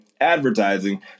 advertising